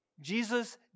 Jesus